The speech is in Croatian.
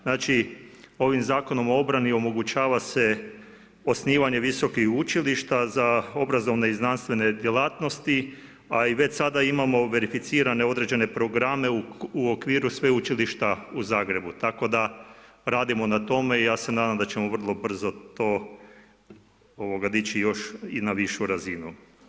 Znači ovim Zakonom o obrani omogućava se osnivanje visokih učilišta za obrazovne i znanstvene djelatnosti, a već sada imamo verificirane određene programe u okviru Sveučilišta u Zagrebu, tako da radimo na tome i ja se nadam da ćemo vrlo brzo to dići još i na višu razinu.